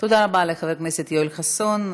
תודה רבה לחבר הכנסת יואל חסון.